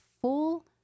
full